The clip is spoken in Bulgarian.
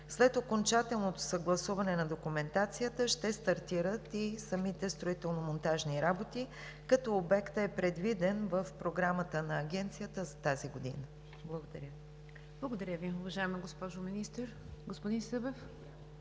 След окончателното съгласуване на документацията ще стартират и самите строително-монтажни работи, като обектът е предвиден в програмата на Агенцията за тази година. Благодаря Ви. ПРЕДСЕДАТЕЛ НИГЯР ДЖАФЕР: Благодаря